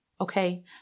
okay